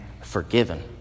forgiven